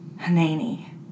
Hanani